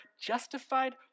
justified